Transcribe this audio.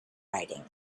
writing